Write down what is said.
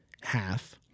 half